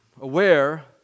aware